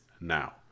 now